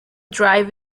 drive